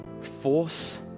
force